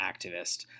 activist